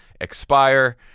expire